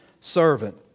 servant